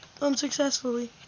Unsuccessfully